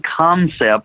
concept